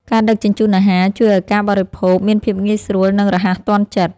ការដឹកជញ្ជូនអាហារ ជួយឱ្យការបរិភោគមានភាពងាយស្រួល និងរហ័សទាន់ចិត្ត។